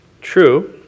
true